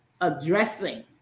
addressing